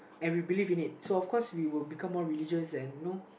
and we believe in it so of course we will become more religious and you know